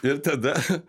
ir tada